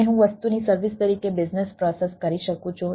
અને હું વસ્તુની સર્વિસ તરીકે બિઝનેસ પ્રોસેસ કરી શકું છું